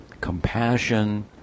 compassion